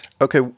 Okay